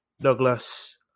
Douglas